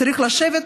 צריך לשבת.